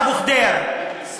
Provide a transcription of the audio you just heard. הילד טארק אבו ח'דיר, צבועים.